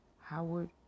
Howard